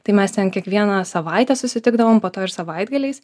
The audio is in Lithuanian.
tai mes ten kiekvieną savaitę susitikdavom po to ir savaitgaliais